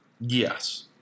Yes